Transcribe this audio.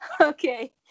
okay